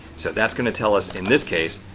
so that's going to tell us, in this case,